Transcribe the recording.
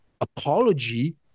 apology